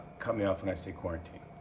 cut me off when i say quarantine.